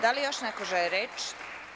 Da li još neko želi reč?